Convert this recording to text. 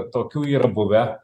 tokių yra buvę